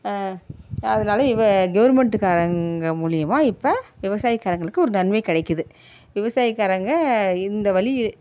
அதனால இங்கே கவுர்ன்மெண்ட்காரங்க மூலியமாக இப்போ விவசாயக்காரங்களுக்கு ஒரு நன்மை கிடைக்குது விவசாயக்காரங்க இந்த வழி